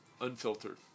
unfiltered